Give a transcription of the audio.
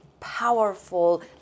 powerful